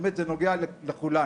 זה נוגע לכולנו.